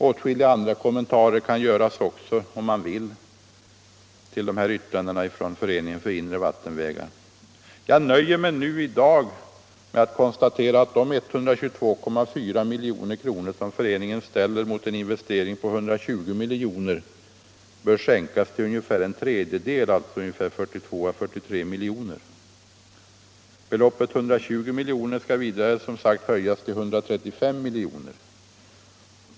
Åtskilliga andra kommentarer skulle kunna göras till yttrandena från Föreningen för inre vattenvägar, men jag nöjer mig i dag med att konstatera att de 122,4 milj.kr. som föreningen ställer mot en investering på 120 miljoner bör sänkas till ungefär en tredjedel, alltså ungefär 42 å 43 miljoner. Beloppet 120 miljoner skall vidare som sagt höjas till 135 miljoner.